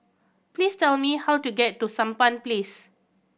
please tell me how to get to Sampan Place